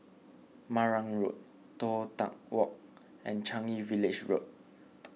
Marang Road Toh Tuck Walk and Changi Village Road